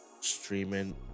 streaming